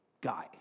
guy